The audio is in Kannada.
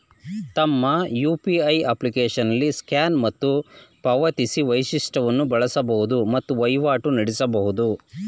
ತಮ್ಮ ಯು.ಪಿ.ಐ ಅಪ್ಲಿಕೇಶನ್ನಲ್ಲಿ ಸ್ಕ್ಯಾನ್ ಮತ್ತು ಪಾವತಿಸಿ ವೈಶಿಷ್ಟವನ್ನು ಬಳಸಬಹುದು ಮತ್ತು ವಹಿವಾಟು ನಡೆಸಬಹುದು